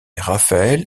raphaël